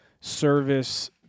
Service